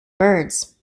birds